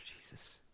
Jesus